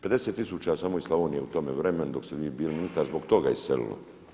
50 tisuća samo iz Slavonije u tome vremenu dok ste vi bili ministar zbog toga iselilo.